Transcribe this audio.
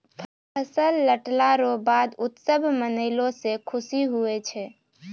फसल लटला रो बाद उत्सव मनैलो से खुशी हुवै छै